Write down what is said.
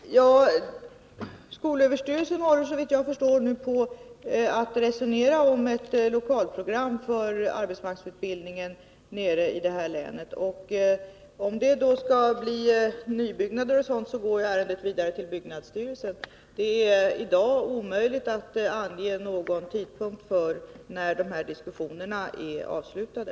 Herr talman! Skolöverstyrelsen håller nu såvitt jag förstår på att resonera om ett lokalprogram för arbetsmarknadsutbildningen i länet. Om det blir fråga om nybyggnad eller liknande går ärendet vidare till byggnadsstyrelsen. Det är i dag omöjligt att ange någon tidpunkt för när dessa diskussioner kommer att vara avslutade.